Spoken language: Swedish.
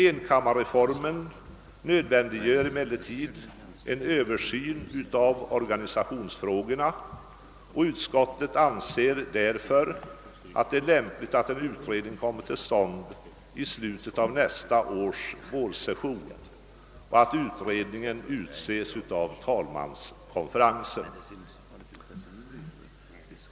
Enkammarreformen nödvändiggör emellertid en översyn av organisationsfrågorna, och utskottet anser därför att det är lämpligt att en utredning kommer till stånd i slutet av nästa års vårsession och att utredningens ledamöter utses av talmanskonferensen.